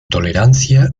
tolerancia